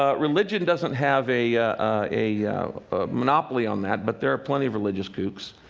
ah religion doesn't have a a monopoly on that, but there are plenty of religious kooks.